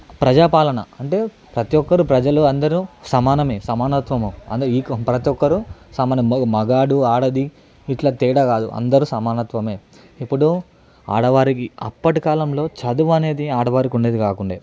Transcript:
ప్రజా పాలన అంటే ప్రతి ఒక్కరు ప్రజలు అందరూ సమానమే సమానత్వము అంత ఈక్వల్ ప్రతి ఒక్కరు సమానం మగాడు ఆడది ఇట్లా తేడా కాదు అందరూ సమానత్వమే ఇప్పుడు ఆడవారికి అప్పటి కాలంలో చదువు అనేది ఆడవారికి ఉండేది కాకుండా